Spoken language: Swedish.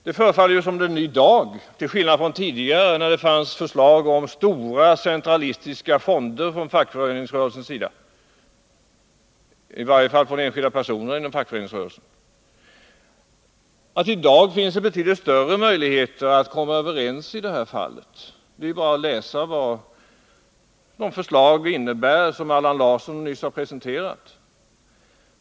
Det förefaller som om det i dag till skillnad från tidigare, då det fanns förslag om stora centralistiska fonder från fackföreningsrörelsen — i varje fall från enskilda personer inom fackföreningsrörelsen — finns större möjligheter att komma överens i detta fall. Det är bara att läsa vad det förslag innebär som Allan Larsson nyligen har presenterat.